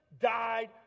died